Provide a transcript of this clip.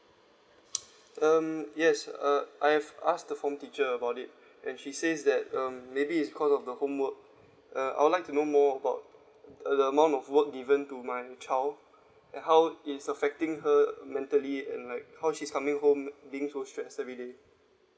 um yes uh I have asked the form teacher about it and she says that um maybe is cause of the homework uh I would like to know more about uh the amount of work given to my child and how it's affecting her mentally and like how she's coming home being so stress everyday